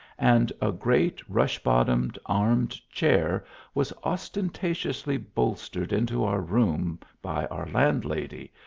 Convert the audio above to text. and a great rush-bottomed armed chair was ostentatiously bol stered into our room by our landlady,